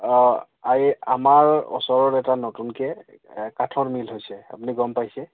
অঁ এই আমাৰ ওচৰত এটা নতুনকৈ কাঠৰ মিল হৈছে আপুনি গম পাইছে